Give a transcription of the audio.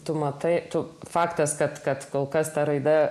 tu matai tu faktas kad kad kol kas ta raida